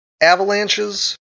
avalanches